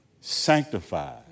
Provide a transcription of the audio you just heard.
sanctified